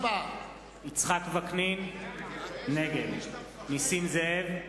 יצחק וקנין, נגד נסים זאב,